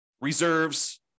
reserves